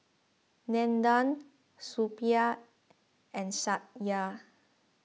Nandan Suppiah and Satya